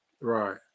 right